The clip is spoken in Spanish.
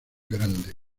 grande